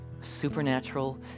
supernatural